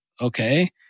okay